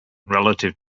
relative